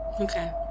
Okay